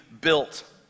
built